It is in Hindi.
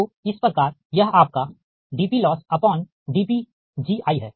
तो इस प्रकार यह आपका dPLossdPgi है